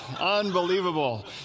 Unbelievable